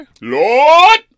Lord